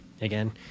Again